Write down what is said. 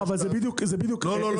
זה בדיוק האישור.